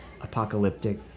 apocalyptic